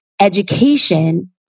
education